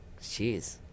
Jeez